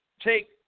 take